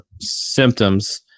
symptoms